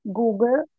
Google